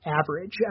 average